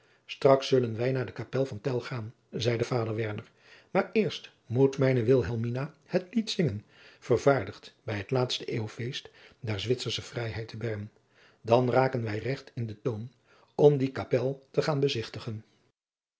straks zullen wij naar de kapel van tell gaan zeide vader werner maar eerst moet mijne wilhelmina het lied zingen vervaardigd bij het laatste eeuwfeest der zwitsersche vrijheid te bern dan raken wij regt in den toon om die kapel te gaan bezigtigen